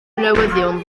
newyddion